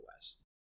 West